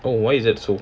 oh why is that so